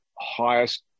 highest